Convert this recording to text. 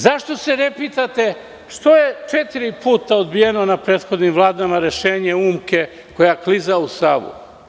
Zašto se ne pitate – što je četiri puta odbijeno na prethodnim vladama rešenje Umke koja kliza u Savu?